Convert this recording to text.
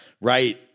Right